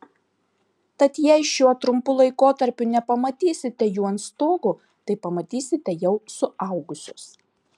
tad jei šiuo trumpu laikotarpiu nepamatysite jų ant stogo tai pamatysite jau suaugusius